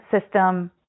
system